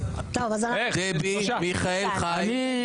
דבי, מיכאל, חיים.